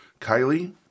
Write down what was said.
Kylie